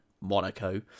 Monaco